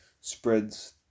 spreads